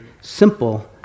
simple